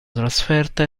trasferta